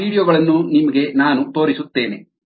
ಆ ವೀಡಿಯೊ ಗಳನ್ನು ನಾನು ನಿಮಗೆ ತೋರಿಸುತ್ತೇನೆ